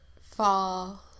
fall